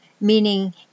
meaning